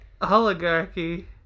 oligarchy